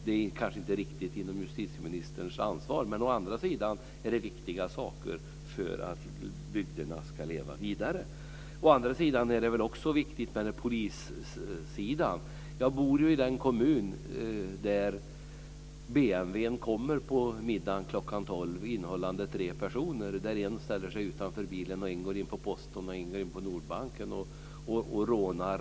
Det ligger kanske inte riktigt inom justitieministerns ansvar, men det är ändå viktiga saker för att bygderna ska leva vidare. Det är också viktigt med en polissida. Jag bor i den kommun där BMW:n kommer på middagen klockan tolv innehållande tre personer. En ställer sig utanför bilen, en går in på posten och en går in på Nordbanken och rånar.